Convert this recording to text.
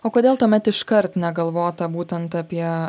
o kodėl tuomet iškart negalvota būtent apie